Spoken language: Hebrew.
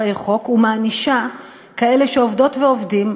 לפורעי חוק ומענישה כאלה שעובדות ועובדים,